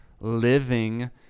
living